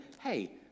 hey